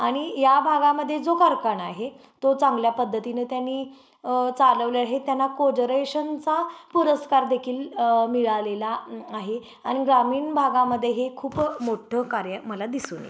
आणि या भागामध्ये जो कारखाना आहे तो चांगल्या पद्धतीने त्यांनी चालवलं आहे त्यांना कोजरेशनचा पुरस्कार देेखील मिळालेला आहे आणि ग्रामीण भागामध्ये हे खूप मोठं कार्य मला दिसून